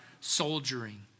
soldiering